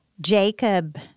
Jacob